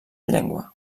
llengua